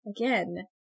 again